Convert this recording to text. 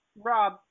Rob